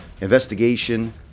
investigation